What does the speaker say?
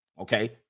okay